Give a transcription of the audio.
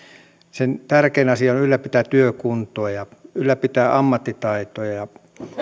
sen tärkein asia on ylläpitää työkuntoa ja ylläpitää ammattitaitoa ja